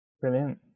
Brilliant